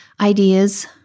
ideas